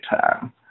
time